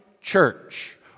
church